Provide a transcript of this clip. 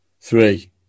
three